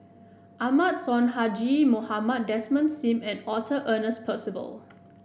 Ahmad Sonhadji Mohamad Desmond Sim and Arthur Ernest Percival